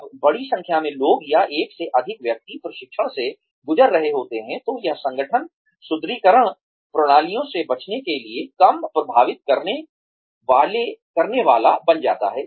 जब बड़ी संख्या में लोग या एक से अधिक व्यक्ति प्रशिक्षण से गुजर रहे होते हैं तो यह संगठन सुदृढीकरण प्रणालियों से बचने के लिए कम प्रभावित करनेवाला बन जाता है